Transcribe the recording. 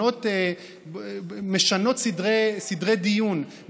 משנות סדרי דיון,